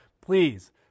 Please